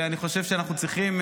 ואני חושב שאנחנו צריכים,